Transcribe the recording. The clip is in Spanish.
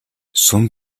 son